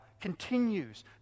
continues